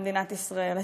במדינת ישראל,